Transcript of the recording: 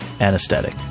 anesthetic